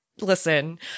Listen